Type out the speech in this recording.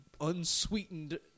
unsweetened